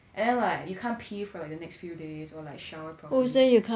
and then like you can't pee for the next few days or like shower properly